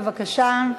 בבקשה.